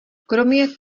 kromě